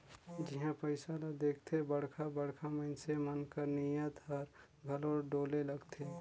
जिहां पइसा ल देखथे बड़खा बड़खा मइनसे मन कर नीयत हर घलो डोले लगथे